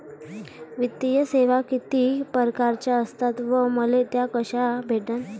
वित्तीय सेवा कितीक परकारच्या असतात व मले त्या कशा भेटन?